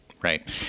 Right